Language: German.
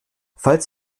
falls